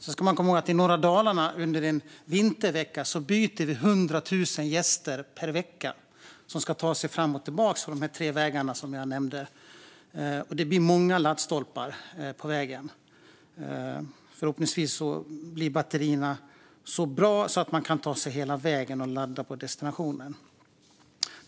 Man ska dock komma ihåg att vi byter 100 000 gäster per vecka under en vintervecka i norra Dalarna. De ska ta sig fram och tillbaka på de tre vägar som jag nämnde. Det blir många laddstolpar på vägen. Förhoppningsvis blir batterierna så bra att man kan ta sig hela vägen och ladda på destinationen.